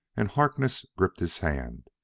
and harkness gripped his hand.